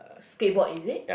skateboard is it